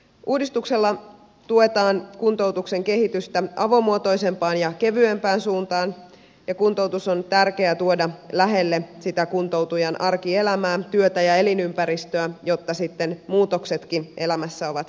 uudistuksella tuetaan kuntoutuksen kehitystä avomuotoisempaan ja kevyempään suuntaan ja kuntoutus on tärkeä tuoda lähelle kuntoutujan arkielämää työtä ja elinympäristöä jotta sitten muutoksetkin elämässä ovat pysyviä